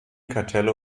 kartelle